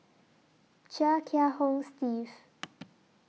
Chia Kiah Hong Steve